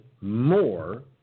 more